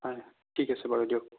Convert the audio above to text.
হয় ঠিক আছে বাৰু দিয়ক